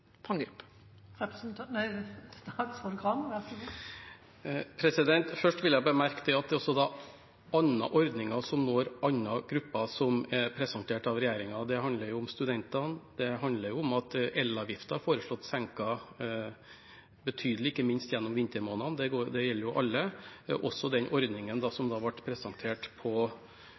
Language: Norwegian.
Først vil jeg bemerke at det er også andre ordninger som når andre grupper, som er presentert av regjeringen. Det handler om studentene, og det handler om at elavgiften er foreslått senket betydelig, ikke minst gjennom vintermånedene. Det gjelder jo alle. Også den ordningen som ble presentert på